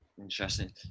Interesting